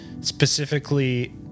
specifically